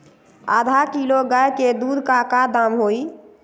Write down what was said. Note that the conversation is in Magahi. आधा किलो गाय के दूध के का दाम होई?